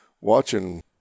watching